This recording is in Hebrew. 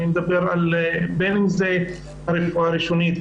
בין אם זה רפואה ראשונית,